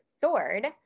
sword